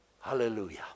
Hallelujah